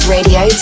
Radio